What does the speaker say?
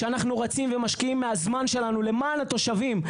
שאנחנו רצים ומשקיעים מהזמן שלנו, למען התושבים.